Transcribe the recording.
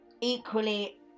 equally